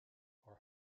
are